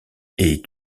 est